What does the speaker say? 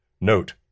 Note